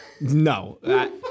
No